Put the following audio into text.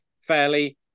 fairly